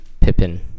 Pippin